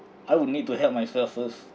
I will need to help myself first